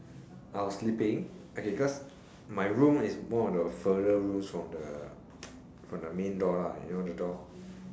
I was sleeping okay cause my room is one of the further rooms from the main door you know the door